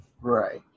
Right